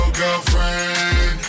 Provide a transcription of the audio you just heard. girlfriend